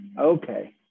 okay